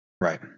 Right